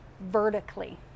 vertically